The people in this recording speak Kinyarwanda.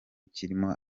kirimo